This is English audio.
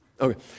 Okay